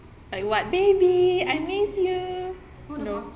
like what baby I miss you